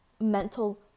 mental